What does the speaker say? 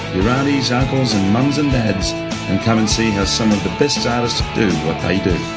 your aunties, uncles and mums and dads and come and see how some of the best artists do what they do.